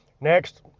Next